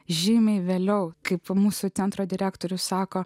žymiai vėliau kaip mūsų centro direktorius sako